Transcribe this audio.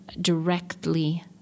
directly